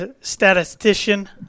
statistician